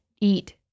eat